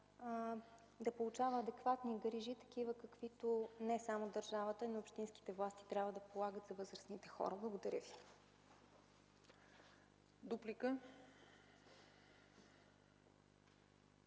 да получават адекватни грижи – такива, каквито не само държавата, но и общинските власти трябва да полагат за възрастните хора. Благодаря Ви.